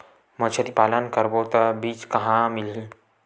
मछरी पालन करबो त बीज कहां मिलही?